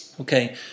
Okay